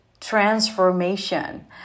transformation